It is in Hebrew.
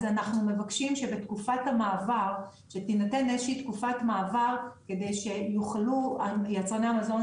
אנחנו מבקשים שתינתן איזושהי תקופת מעבר כדי שיצרני המזון יוכלו